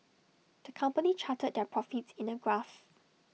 the company charted their profits in A graph